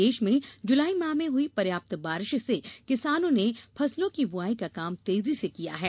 प्रदेश में जुलाई माह में हुई पर्याप्त बारिश से किसानों ने फसलों की बुआई का काम तेजी से किया है